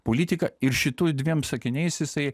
politiką ir šitų dviem sakiniais jisai